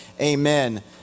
amen